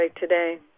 today